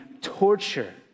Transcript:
torture